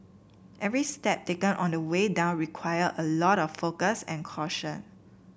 every step taken on the way down required a lot of focus and caution